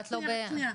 שנייה,